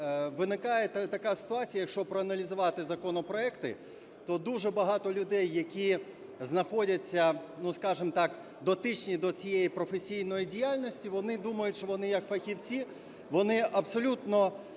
виникає така ситуація, якщо проаналізувати законопроекти, то дуже багато людей, які знаходяться, скажемо так, дотичні до цієї професійної діяльності, вони думають, що вони як фахівці, вони абсолютно